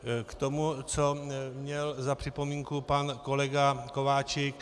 K tomu, co měl za připomínku pan kolega Kováčik.